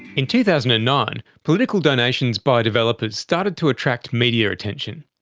in two thousand and nine, political donations by developers started to attract media attention.